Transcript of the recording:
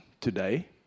today